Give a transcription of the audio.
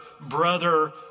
brother